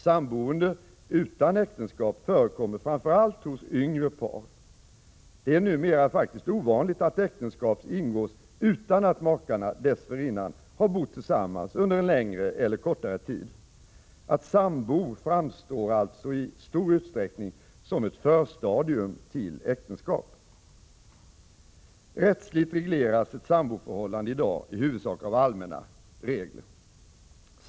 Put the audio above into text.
Samboende utan äktenskap förekommer framför allt hos yngre par. Det är numera faktiskt ovanligt att äktenskap ingås utan att makarna dessförinnan har bott tillsammans under en längre eller kortare tid. Att sambo framstår alltså i stor utsträckning som ett förstadium till äktenskap. Rättsligt regleras ett samboförhållande i dag i huvudsak av allmänna regler.